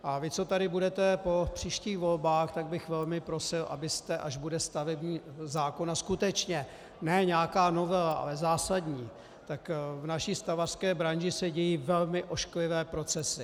A vy, co tady budete po příštích volbách, tak bych velmi prosil, abyste až bude stavební zákon, a skutečně ne nějaká novela, ale zásadní, tak v naší stavařské branži se dějí velmi ošklivé procesy.